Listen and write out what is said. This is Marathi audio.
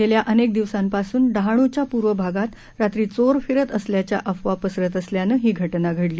गेल्या अनेक दिवसांपासून डहाणूच्या पूर्व भागात रात्री चोर फिरत असल्याच्या अफवा पसरत असल्यानं ही घटना घडली